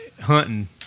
hunting